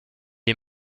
est